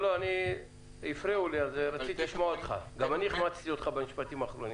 החמצתי אותך במשפטים האחרונים.